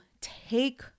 take